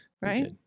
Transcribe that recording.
right